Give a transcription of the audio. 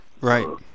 right